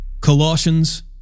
Colossians